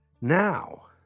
Now